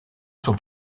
sont